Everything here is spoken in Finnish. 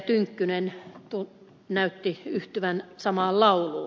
tynkkynen näytti yhtyvän samaan lauluun